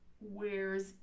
wears